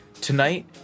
tonight